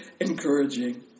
encouraging